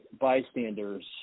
bystanders